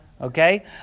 Okay